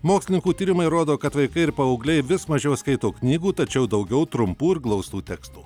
mokslininkų tyrimai rodo kad vaikai ir paaugliai vis mažiau skaito knygų tačiau daugiau trumpų ir glaustų tekstų